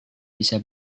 bisa